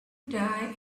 die